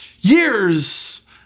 Years